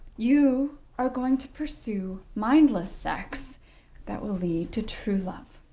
you are going to pursue mindless sex that will lead to true love.